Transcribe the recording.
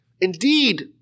indeed